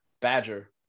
Badger